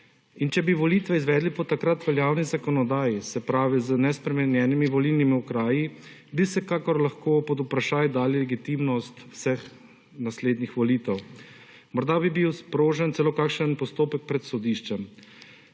če bi volitve izvedli po takrat veljavni zakonodaji se pravi z nespremenjenimi volilnimi okraji bi vsekakor lahko pod vprašaj dali legitimnost vseh naslednjih volitev. Morda bi bil sprožen celo kakšen postopek pred sodiščem.